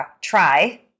try